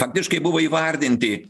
faktiškai buvo įvardinti